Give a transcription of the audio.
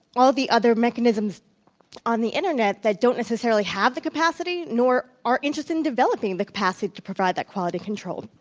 all the other mechanisms on the internet that don't necessarily have the capacity, nor are interested in developing the capacity to provide that quality control.